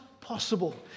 possible